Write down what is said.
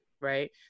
right